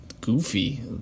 goofy